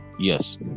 yes